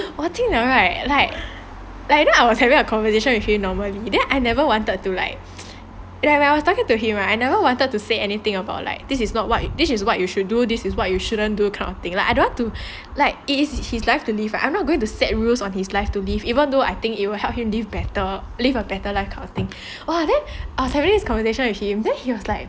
我听了 right like you know I was having a conversation with him normally then I never wanted to like when I was talking to him I never wanted to say anything about like this is not what you this is what you should do this is what you shouldn't do kind of thing like I don't want to like it is his life to live I'm not going to set rules on his life to live even though I think it will help him live better live a better life kind of thing then I was having a conversation with him then he was like